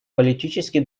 политический